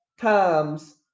times